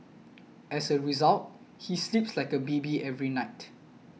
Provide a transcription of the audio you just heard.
as a result he sleeps like a baby every night